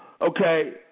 okay